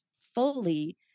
fully